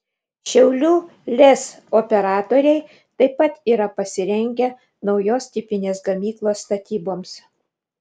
šiaulių lez operatoriai taip pat yra pasirengę naujos tipinės gamyklos statyboms